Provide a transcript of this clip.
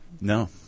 No